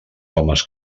homes